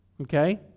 Okay